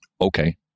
okay